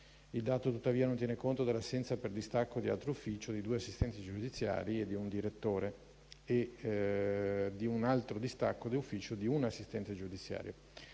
Il dato, tuttavia, non tiene conto dell'assenza per distacco di altro ufficio di due assistenti giudiziari e di un direttore e di un altro distacco di ufficio di un assistente giudiziario.